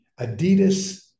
Adidas